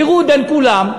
פירוד בין כולם,